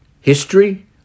history